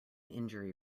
injury